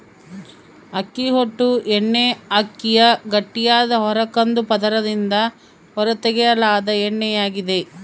ಅಕ್ಕಿ ಹೊಟ್ಟು ಎಣ್ಣೆಅಕ್ಕಿಯ ಗಟ್ಟಿಯಾದ ಹೊರ ಕಂದು ಪದರದಿಂದ ಹೊರತೆಗೆಯಲಾದ ಎಣ್ಣೆಯಾಗಿದೆ